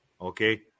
okay